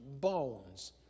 bones